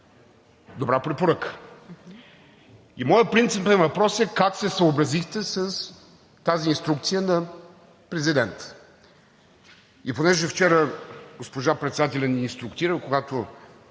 Добра препоръка. И моят принципен въпрос е как се съобразихте с тази инструкция на президента? И понеже вчера госпожа председателят ни инструктира, когато